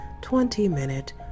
20-minute